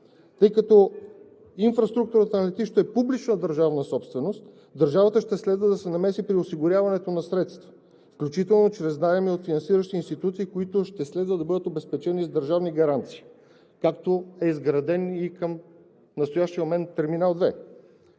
тъй като инфраструктурата на летище София е публична държавна собственост, държавата ще следва да се намеси при осигуряването на средства, включително чрез заеми от финансиращи институции, които ще следва да бъдат обезпечени с държавни гаранции, както е изграден и към настоящия момент Терминал 2.